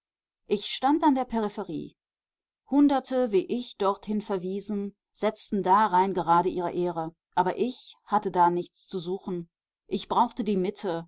ich stand an der peripherie hunderte wie ich dorthin verwiesen setzten darein gerade ihre ehre ich aber hatte da nichts zu suchen ich brauchte die mitte